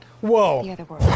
Whoa